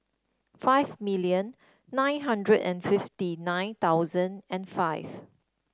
five million nine hundred and fifty nine thousand and five